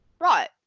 Right